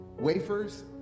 Wafers